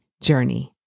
journey